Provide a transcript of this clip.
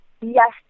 Yes